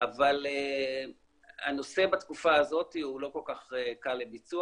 אבל הנושא בתקופה הזאת הוא לא כל כך קל לביצוע,